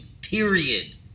period